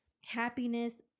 happiness